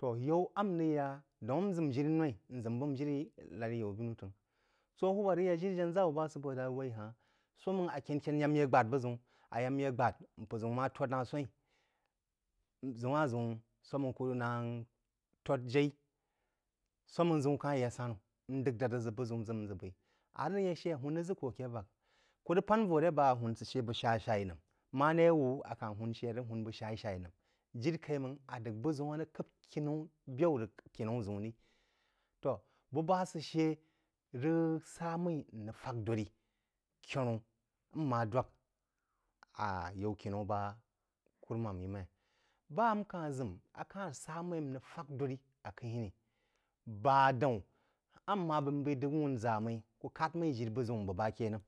To yaú a n rəg ya daún n ʒəm jirí noí, nʒəm b’əm jirí lar ayaú-binu təngh. So hwūb a rəg ya jiri janaʒa wú ba sə bō dā wai hā-hn – sō máng a kán k’ənu nyé gbād bu-ʒəun. Á yád nyé gbád mpər-ʒəun má tot ná swa-yín e. g um ʒə wa-hn ʒəun sō máng kú ná tót jaí sō máng ʒəun ka-h- yá sánaú n d’əg dá ʒə bəg-ʒəu ʒá ʒə baī, a rəgya shə a hūn rəg ʒə kú aké vak. Kú rəg pān vó a ré bá a hūn shə bəg sha’shá-ī nəm maré awú aka-n hūn shə a rəg hūn bəg sha’-sha-ī nəm jiri kai máng a d’əg buʒəun a rəg k’əp kiní kai máng a d’əg buʒəm a rəg k’əp kini byaú rəg kinaú ʒəun rī. To, bəg ba sə shə rəg sá mmi n rəg fak dōdri n mma dwák ayaú kinaú baá – a ku̇rúmàm. Ba n ka-h ʒəm ak-h sá mmī a mmá b’eí n dəg wunʒa mmí kú kad mmí jiri bəg-ʒəun n bəg ba ké nəm.